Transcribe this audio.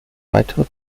weitere